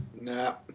No